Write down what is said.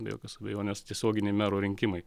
be jokios abejonės tiesioginiai mero rinkimai